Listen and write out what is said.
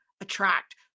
attract